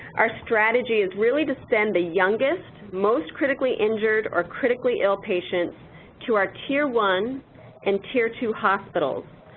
our strategy is really to send the youngest, most critically injured or critically ill patients to our tier one and tier two hospitals.